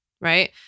Right